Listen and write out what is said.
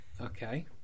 Okay